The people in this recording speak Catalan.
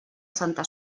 santa